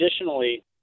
Additionally